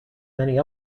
many